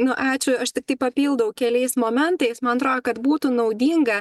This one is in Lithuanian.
nu ačiū aš tiktai papildau keliais momentais man atrodo kad būtų naudinga